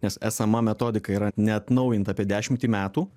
nes esama metodika yra neatnaujinta apie dešimtį metų